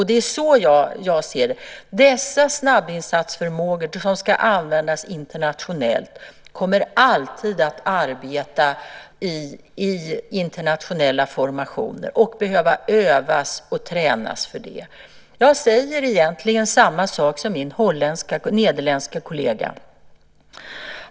Det är så jag ser det: Dessa snabbinsatsförmågor som ska användas internationellt kommer alltid att arbeta i internationella formationer och behöva övas och tränas för det. Jag säger egentligen samma sak som min nederländske kollega.